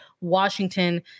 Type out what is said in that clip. Washington